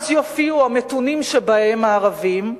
אז יופיעו המתונים שבהם, הערבים,